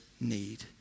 need